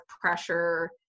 pressure